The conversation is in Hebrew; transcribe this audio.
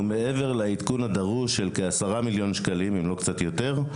מעבר לעדכון הדרוש של כ-10 מיליון שקלים אם לא קצת יותר,